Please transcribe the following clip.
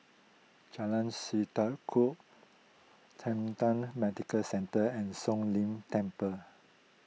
Jalan Sendudok Medical Centre and Siong Lim Temple